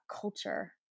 culture